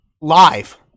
live